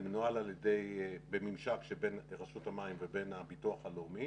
זה מנוהל בממשק שבין רשות המים ובין הביטוח הלאומי